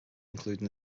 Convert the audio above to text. including